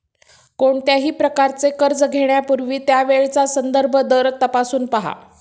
कोणत्याही प्रकारचे कर्ज घेण्यापूर्वी त्यावेळचा संदर्भ दर तपासून पहा